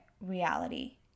reality